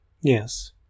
Yes